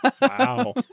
Wow